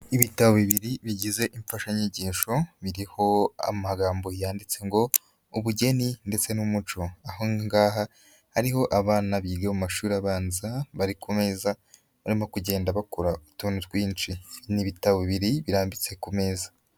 Ibitabo bibiri bigize imfashanyigisho biriho amagambo yanditse ngo ubugeni ndetse n'umuco aho ngaha hariho abana biga mu mashuri abanza bari ku meza barimo kugenda bakora utuntu twinshi. N'ibitabo bibiri birambitse ku meza.